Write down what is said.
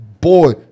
boy